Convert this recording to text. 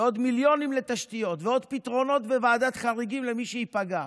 ועוד מיליונים לתשתיות ועוד פתרונות בוועדת חריגים למי שייפגע.